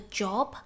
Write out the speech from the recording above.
job